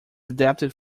adapted